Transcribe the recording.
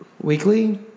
weekly